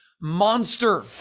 monster